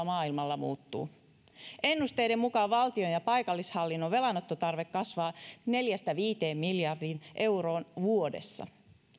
maailmalla muuttuu ennusteiden mukaan valtion ja paikallishallinnon velanottotarve kasvaa neljästä viiteen miljardiin euroon vuodessa